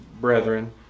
brethren